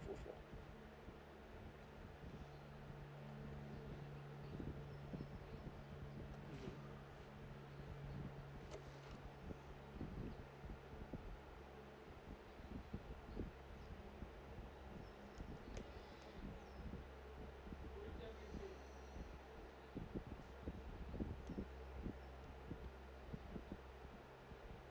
mmhmm